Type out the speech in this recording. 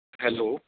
hello